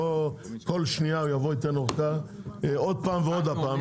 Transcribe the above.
לא כל שנייה יבוא וייתן לו אורכה עוד פעם ועוד הפעם,